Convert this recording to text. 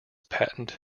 patent